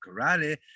karate